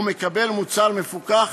הוא מקבל מוצר מפוקח